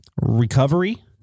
recovery